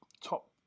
top